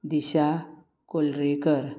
दिशा कुलरेकर